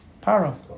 Para